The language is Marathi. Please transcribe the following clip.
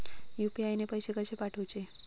यू.पी.आय ने पैशे कशे पाठवूचे?